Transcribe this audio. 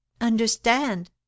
understand